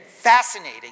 fascinating